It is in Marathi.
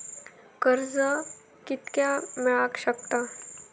कर्ज कितक्या मेलाक शकता?